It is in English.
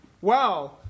Wow